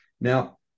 now